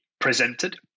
presented